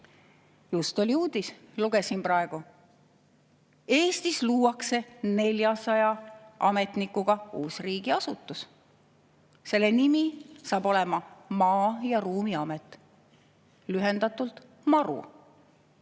Just oli uudis, lugesin praegu, et Eestis luuakse 400 ametnikuga uus riigiasutus. Selle nimi saab olema Maa‑ ja Ruumiamet, lühendatult MaRu,